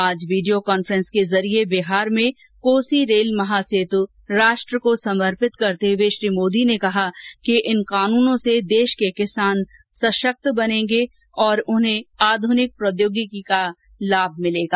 आज video conference के जरिये बिहार में कोसी रेल महासेत् राष्ट्र को समर्पित करते हुए श्री मोदी ने कहा कि इन कानूनों से देश के किसान सशक्त बनेंगे और उन्हें आध्निक प्रौद्योगिकी का लाभ मिलेगा